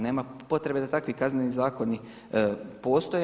Nema potrebe da takvi kazneni zakoni postoje.